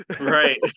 right